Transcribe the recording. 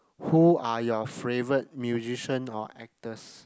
who are you favorite musician or actors